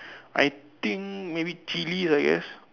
I think maybe chilli I guess